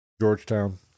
Georgetown